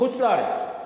בחוץ-לארץ.